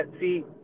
see